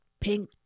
pink